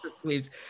sleeves